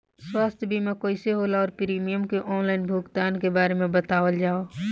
स्वास्थ्य बीमा कइसे होला और प्रीमियम के आनलाइन भुगतान के बारे में बतावल जाव?